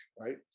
right